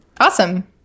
awesome